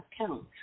account